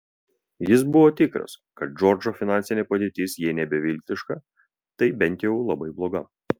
jis buvo tikras kad džordžo finansinė padėtis jei ne beviltiška tai bent jau labai bloga